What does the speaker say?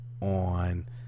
on